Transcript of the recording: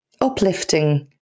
uplifting